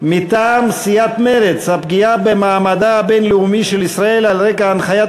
מטעם סיעת מרצ: הפגיעה במעמדה הבין-לאומי של ישראל על רקע הנחיית